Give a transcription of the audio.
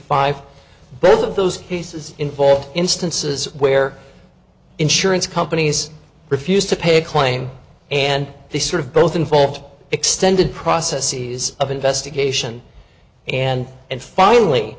five both of those cases involve instances where insurance companies refused to pay a claim and they sort of both involved extended processes of investigation and and finally